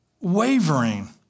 wavering